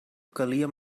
calia